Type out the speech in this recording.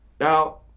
Now